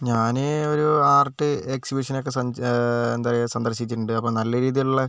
ഞാൻ ഒരു art exhibition ഒക്കെ സ് എന്താണ് പറയുക സന്ദർശിച്ചിട്ടുണ്ട് അപ്പോൾ നല്ല രീതിയിലുള്ള